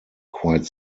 quite